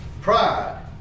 Pride